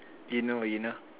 you know you know